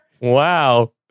Wow